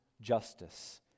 justice